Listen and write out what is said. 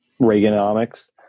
Reaganomics